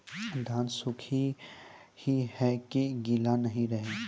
धान सुख ही है की गीला नहीं रहे?